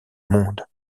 monde